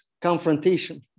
confrontation